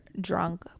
drunk